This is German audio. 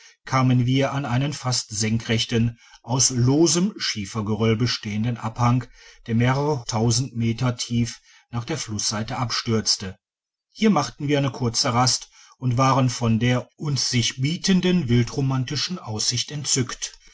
kamen wir an einen fast senkrechten aus losem schiefergeröll bestehenden abhang der mehrere meter tief nach der flussseite abstürzte hier machten wir eine kurze rast und waren von der uns sich bietenden wildromantischen aussicht entzückt